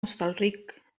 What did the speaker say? hostalric